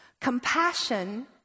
Compassion